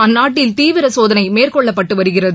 அந்நாட்டில் தீவிரசோதனைமேற்கொள்ளப்பட்டுவருகிறது